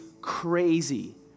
crazy